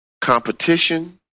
competition